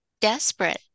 desperate